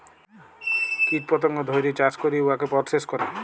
কীট পতঙ্গ ধ্যইরে চাষ ক্যইরে উয়াকে পরসেস ক্যরে